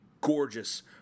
gorgeous